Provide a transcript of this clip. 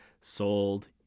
sold